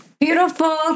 Beautiful